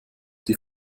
die